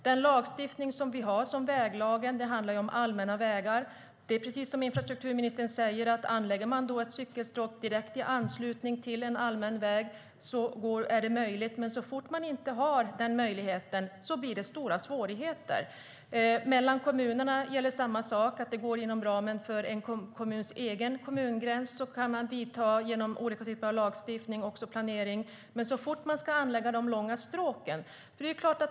Den lagstiftning som vi har, väglagen, handlar om allmänna vägar. Precis som infrastrukturministern säger är det möjligt att anlägga ett cykelstråk i direkt anslutning till en allmän väg, men så fort man inte har den möjligheten blir det stora svårigheter. När det gäller kommunerna är det samma sak. Om det går inom ramen för en kommuns egen kommungräns kan man tillämpa olika typer av lagstiftning och planering, men inte om man ska anlägga de långa stråken.